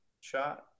shot